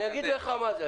אני אגיד לך מה זה.